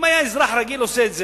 אם אזרח רגיל היה עושה את זה,